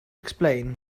explain